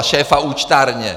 A šéfa účtárny.